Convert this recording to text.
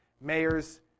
mayors